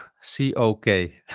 c-o-k